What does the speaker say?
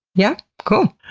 yeah? cool.